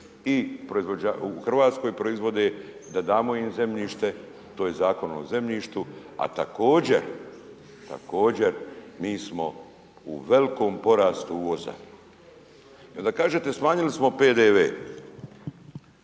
u Hrvatskoj proizvode, da damo im zemljište, to je Zakon o zemljištu, a također mi smo u velikom porastu uvoza. Onda kažete smanjili smo PDV,